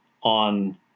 on